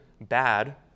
bad